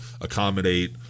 accommodate